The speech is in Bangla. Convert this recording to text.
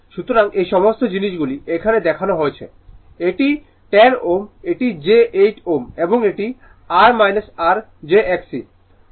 সুতরাং এই সমস্ত জিনিসগুলি এখানে দেখানো হয়েছে এটি 10 Ω এটি j 8 Ω এবং এটি r r j X E